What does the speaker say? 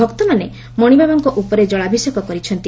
ଭକ୍ତମାନେ ମଶିବାବାଙ୍କ ଉପରେ ଜଳାଭିଷେକ କରିଛନ୍ତି